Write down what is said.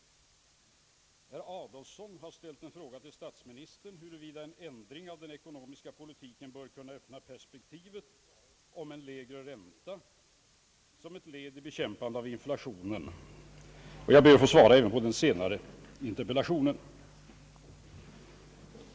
Vidare har herr Adolfsson ställt en fråga till statsministern huruvida en ändring av den ekonomiska politiken bör kunna öppna perspektivet om en lägre ränta som ett led i bekämpandet av inflationen. Jag ber att få svara även på den senare interpellationen.